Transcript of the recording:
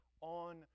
on